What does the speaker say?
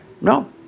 No